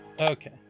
Okay